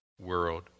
world